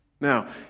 Now